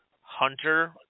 Hunter